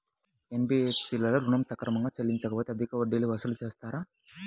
NBFC లలో ఋణం సక్రమంగా చెల్లించలేకపోతె అధిక వడ్డీలు వసూలు చేస్తారా?